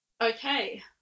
Okay